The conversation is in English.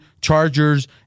Chargers